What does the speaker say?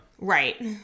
Right